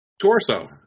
Torso